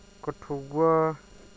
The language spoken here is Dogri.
कठुआ